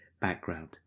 background